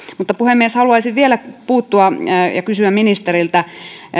puhemies haluaisin vielä kysyä ministeriltä